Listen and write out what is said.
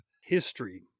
history